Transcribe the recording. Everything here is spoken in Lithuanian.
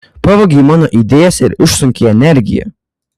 pavogei mano idėjas ir išsunkei energiją